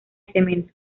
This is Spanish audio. cemento